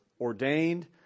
ordained